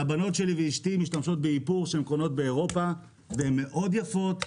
הבנות שלי ואשתי משתמשות באיפור שהן קונות באירופה והן מאוד יפות,